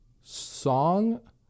song